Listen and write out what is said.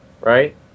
right